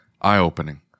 eye-opening